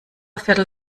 viertel